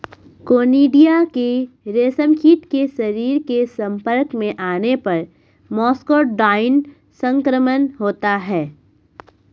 conidia के रेशमकीट के शरीर के संपर्क में आने पर मस्करडाइन संक्रमण होता है